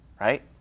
right